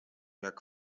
jak